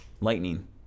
Lightning